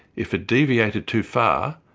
if it deviated too far,